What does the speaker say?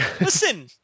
Listen